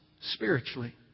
spiritually